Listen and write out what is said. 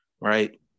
Right